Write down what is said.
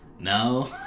No